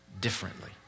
differently